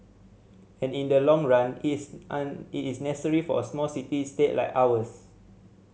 and in the long run it's an it's necessary for a small city state like ours